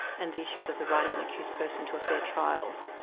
and the issues of the right of an accused person to a fair trial.